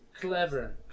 Clever